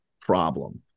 problem